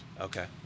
Okay